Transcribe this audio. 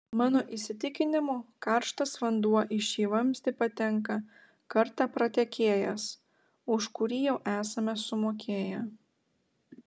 mano įsitikinimu karštas vanduo į šį vamzdį patenka kartą pratekėjęs už kurį jau esame sumokėję